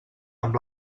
amb